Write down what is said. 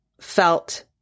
felt